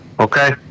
Okay